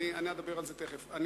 תיכף אני אדבר על זה.